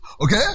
Okay